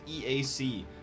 EAC